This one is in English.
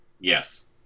Yes